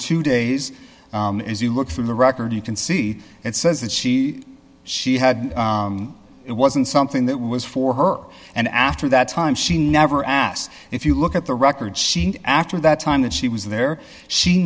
two days as you look through the record you can see it says that she she had it wasn't something that was for her and after that time she never asked if you look at the record she after that time that she was there she